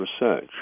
research